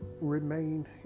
remain